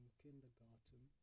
kindergarten